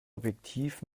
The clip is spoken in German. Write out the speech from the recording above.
objektiv